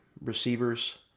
receivers